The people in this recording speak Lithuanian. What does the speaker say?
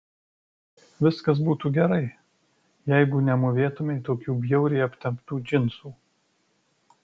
viskas būtų gerai jeigu nemūvėtumei tokių bjauriai aptemptų džinsų